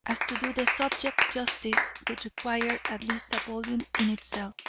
as to do the subject justice would require at least a volume in itself.